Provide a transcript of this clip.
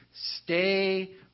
stay